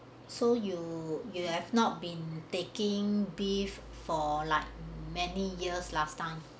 so you you have not been taking beef for like many years last time